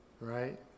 right